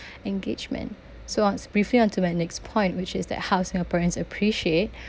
engagement so um briefly to my next point which is that how singaporeans appreciate